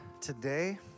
today